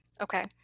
Okay